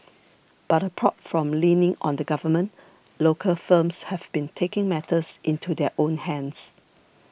but apart from leaning on the Government local firms have been taking matters into their own hands